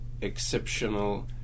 exceptional